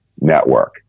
network